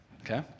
okay